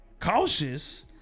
cautious